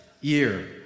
year